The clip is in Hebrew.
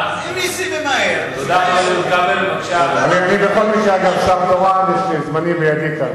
אני בכל מקרה שר תורן, זמני בידי.